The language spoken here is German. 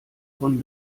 von